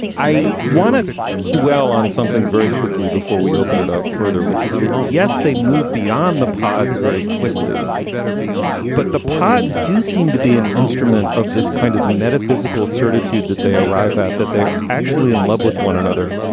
i want to dwell on something very quickly before we open it up further, which is that, yes, they move beyond the pods very quickly but the pods do seem to be an instrument of this kind of metaphysical certitude that they arrive at, that they are actually in love with one another.